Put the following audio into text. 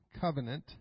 covenant